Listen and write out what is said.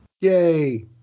Yay